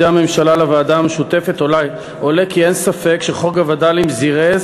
הממשלה לוועדה המשותפת עולה כי אין ספק שחוק הווד"לים זירז